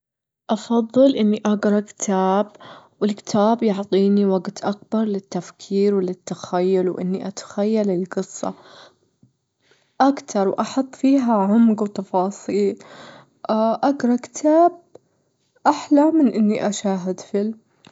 أفضل إني أجرا كتاب، والكتاب يعطيني وجت أكبر للنفكير وللتخيل، وإني أتخيل القصة أكتر وأحط فيها عمج وتفاصيل، أجرا كتاب أحلى من إني أشاهد فيلم.